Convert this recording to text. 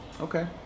Okay